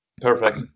Perfect